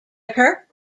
occur